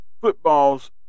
football's